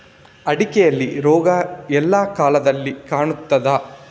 ಅಡಿಕೆಯಲ್ಲಿ ರೋಗ ಎಲ್ಲಾ ಕಾಲದಲ್ಲಿ ಕಾಣ್ತದ?